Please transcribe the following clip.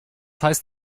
heißt